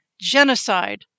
genocide